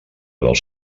dels